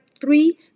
three